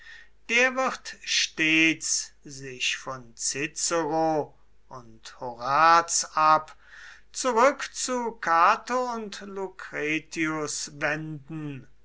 der wird stets sich von cicero und horaz ab zurück zu cato und lucretius wenden